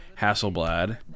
Hasselblad